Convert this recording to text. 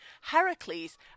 Heracles